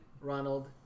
Ronald